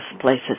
places